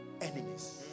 enemies